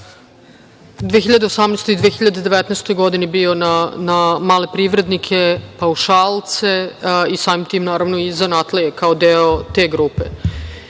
2018. i 2019. godini bio na male privrednike, paušalce i samim tim, naravno, i zanatlije, kao deo te grupe. Mi